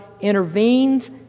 intervenes